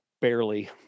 Barely